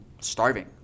starving